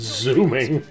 zooming